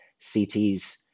CTs